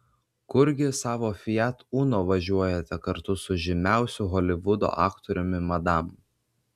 kurgi savo fiat uno važiuojate kartu su žymiausiu holivudo aktoriumi madam